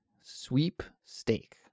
Sweepstake